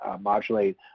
modulate